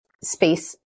space